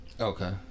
Okay